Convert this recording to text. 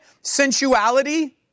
sensuality